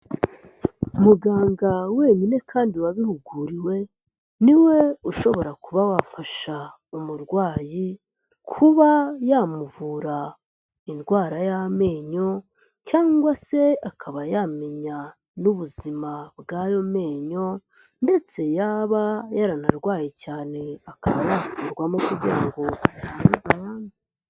Muganga wenyine kandi wabihuguriwe, ni we ushobora kuba wafasha umurwayi, kuba yamuvura indwara y'amenyo cyangwa se akaba yamenya n'ubuzima bw'ayo menyo. Ndetse yaba yaranarwaye cyane akaba yakurwamo kugira ngo atanduza abandi.